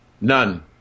None